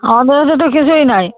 খাওয়া দাওয়াতে তো কিছুই নাই